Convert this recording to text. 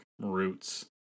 roots